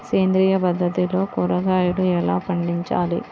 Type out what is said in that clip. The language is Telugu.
సేంద్రియ పద్ధతిలో కూరగాయలు ఎలా పండించాలి?